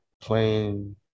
playing